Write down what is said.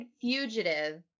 fugitive